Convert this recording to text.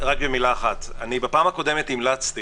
בפעם הקודמת המלצתי